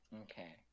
Okay